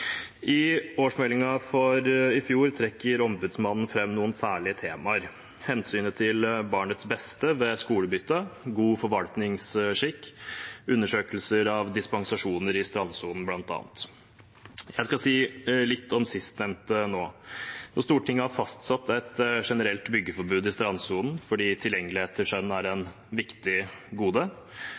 I årsmeldingen for i fjor trekker ombudsmannen fram noen særlige temaer, bl.a. hensynet til barnets beste ved skolebytte, god forvaltningsskikk og undersøkelser av dispensasjoner i strandsonen. Jeg skal si litt om sistnevnte nå. Stortinget har fastsatt et generelt byggeforbud i strandsonen fordi tilgjengelighet til sjøen er et viktig gode.